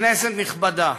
כנסת נכבדה,